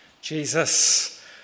Jesus